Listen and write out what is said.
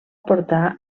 portar